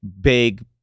big